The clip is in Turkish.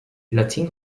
latin